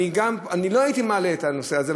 לא הייתי מעלה את הנושא הזה,